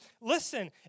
listen